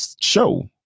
show